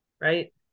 Right